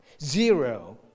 Zero